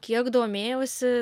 kiek domėjausi